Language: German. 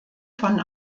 von